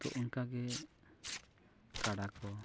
ᱛᱚ ᱚᱱᱠᱟ ᱜᱮ ᱠᱟᱰᱟ ᱠᱚ